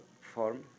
form